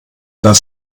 das